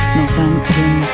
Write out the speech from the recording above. Northampton